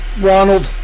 Ronald